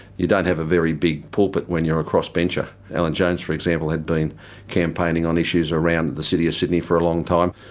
you don't have a very big pulpit when you're a cross-bencher. alan jones for example had been campaigning on issues around the city of sydney for a long time.